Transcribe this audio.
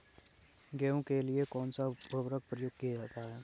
गेहूँ के लिए कौनसा उर्वरक प्रयोग किया जाता है?